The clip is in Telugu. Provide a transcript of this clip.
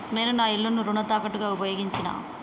నేను నా ఇల్లును రుణ తాకట్టుగా ఉపయోగించినా